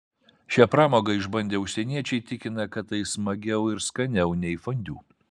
šią pramogą išbandę užsieniečiai tikina kad tai smagiau ir skaniau nei fondiu